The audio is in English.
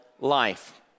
life